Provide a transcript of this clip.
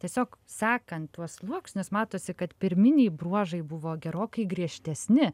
tiesiog sekant tuos sluoksnius matosi kad pirminiai bruožai buvo gerokai griežtesni